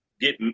get